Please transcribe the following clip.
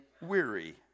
weary